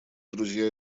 друзья